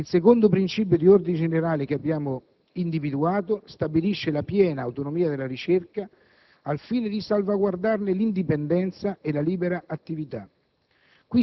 Il secondo principio di ordine generale che abbiamo individuato stabilisce la piena autonomia della ricerca al fine di salvaguardarne l'indipendenza e la libera attività.